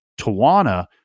Tawana